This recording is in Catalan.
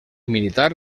militar